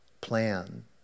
plan